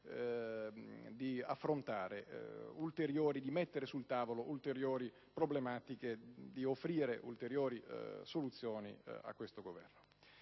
i timori di mettere sul tavolo ulteriori problematiche, di offrire ulteriori soluzioni a questo Governo.